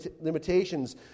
limitations